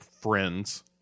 friends